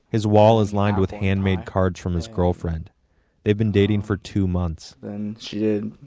his wall is lined with handmade cards from his girlfriend they've been dating for two months. then she did,